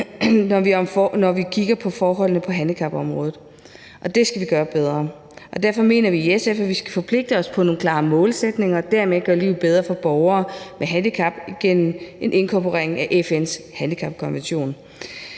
når vi kigger på forholdene på handicapområdet. Det skal vi gøre bedre, og derfor mener vi i SF, at vi skal forpligte os på nogle klare målsætninger og dermed gøre livet bedre for borgere med handicap igennem en inkorporering af FN's handicapkonvention.